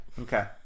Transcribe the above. Okay